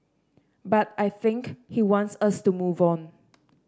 but I think he wants us to move on